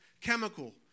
chemical